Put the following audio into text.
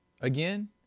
Again